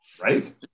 Right